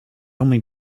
only